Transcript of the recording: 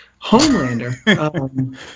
Homelander